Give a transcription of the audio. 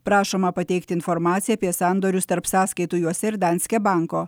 prašoma pateikti informaciją apie sandorius tarp sąskaitų juose ir danske banko